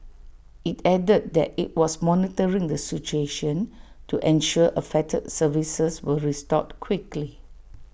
IT added that IT was monitoring the situation to ensure affected services were restored quickly